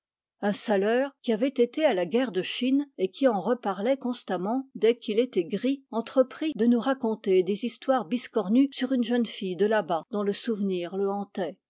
un saleur qui avait été à la guerre de chine et qui en reparlait constamment dès qu'il était gris entreprit de nous raconter des histoires biscornues sur une jeune fille de là-bas dont le souvenir le hantait